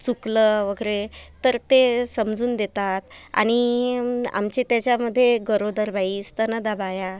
चुकलं वगैरे तर ते समजून देतात आणि आमचे त्याच्यामध्ये गरोदर बाई स्तनदा बाया